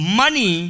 money